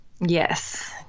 Yes